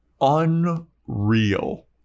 Unreal